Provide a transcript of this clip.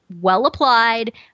well-applied